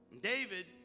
David